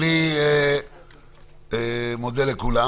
מודה לכולם